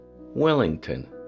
Wellington